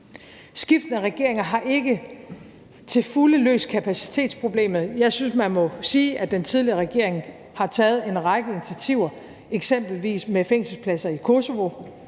Skiftende regeringer har ikke til fulde løst kapacitetsproblemet. Jeg synes, man må sige, at den tidligere regering har taget en række initiativer, eksempelvis med fængselspladser i Kosovo,